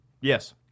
Yes